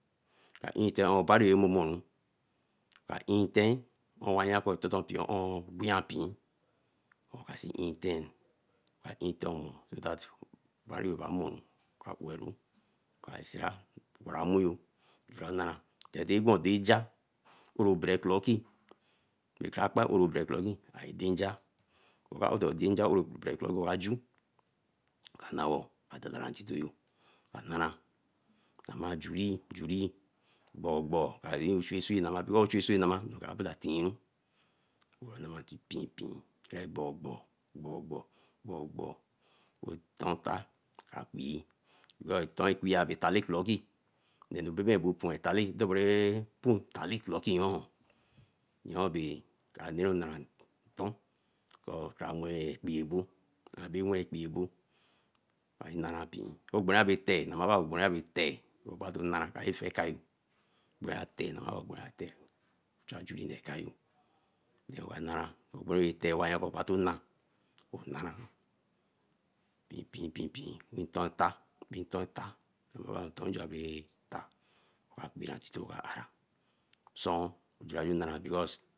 Nka nten on obariyo ra momo ru, ka nten wa yan ko toton pee oone, bia pee oka see nten ni oka nten omo, obariyo ba moru oka seer owara mmu yo, tera gwan oro bere clocki ma bere danja, ma no wo ma nara ntito yo, ma nara juri gbogbo, a chu a sway nama ka tiru, nga nama pien pien kere gbogbo gbogbo gbogbo a ton tar a fui because a tar clocki bae ton aqui, nonu baba bo bae ton talle ra pon otalle clocki yeon. Yoon bae kra neru okaranton kor kra mor ekpee abo, abe wen ekpee abo bae nara pien. Ogbonro yo abaratee abato nara, ka kpenree fe okayo. Obara nara, na pien pien pien pien nton tar, wa yan ko ntonyo aberata owa quira ntito arara, osun jura bi nara.